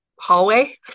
hallway